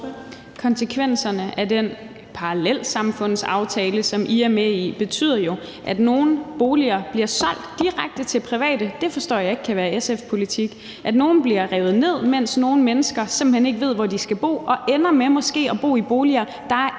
Konsekvenserne af den parallelsamfundsaftale, som I er med i, er jo, at nogle boliger bliver solgt direkte til private. Jeg forstår ikke, at det kan være SF-politik, at nogle boliger bliver revet ned, mens nogle mennesker simpelt hen ikke ved, hvor de skal bo, og måske ender med at bo i boliger,